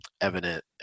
evident